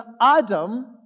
Adam